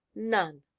none!